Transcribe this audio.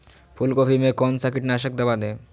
फूलगोभी में कौन सा कीटनाशक दवा दे?